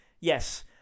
Yes